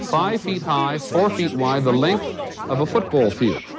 five feet high, four feet wide, the length of a football field.